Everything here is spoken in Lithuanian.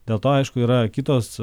dėl to aišku yra kitos